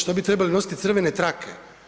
Što bi trebali nositi crvene trake?